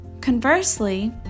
Conversely